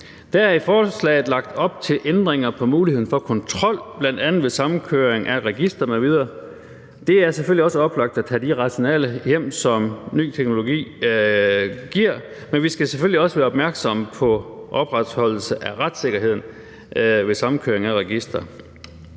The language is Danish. Der er i forslaget lagt op til ændringer for muligheden for kontrol, bl.a. ved samkøring af registrene. Det er selvfølgelig også oplagt at tage de rationaliseringer hjem, som en ny teknologi giver, men vi skal selvfølgelig også være opmærksomme på opretholdelsen af retssikkerheden ved samkøring af registre.